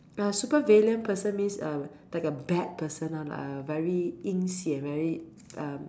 uh supervillain person means uh like a bad person lor like a very 阴险 very um